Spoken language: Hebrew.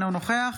אינו נוכח